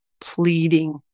pleading